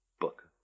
Book